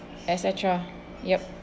et cetera yup